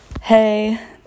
hey